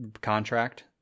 contract